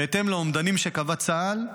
בהתאם לאומדנים שקבע צה"ל.